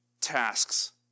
tasks